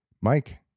Mike